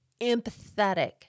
empathetic